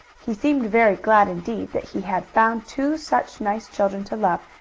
he seemed very glad indeed that he had found two such nice children to love,